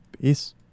Peace